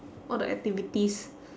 all the activities